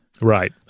Right